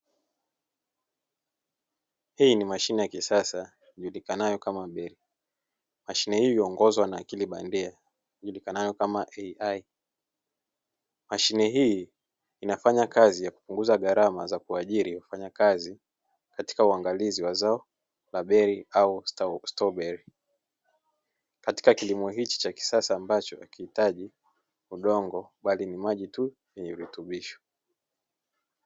Hii ni mashine ya kisasa ijulikanayo kama beri, mashine hii huongozwa na akili bandia ijulikanayo kama ''AI'' . Mashine hii inafanya kazi ya kupunguza gharama za kuajiri wafanyakazi katika uangalizi wa zao la beri au stroberi, katika kilimo hichi cha kisasa ambacho hakiitaji udongo bali maji tuu yenye virutubisho.